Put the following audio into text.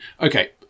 okay